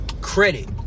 Credit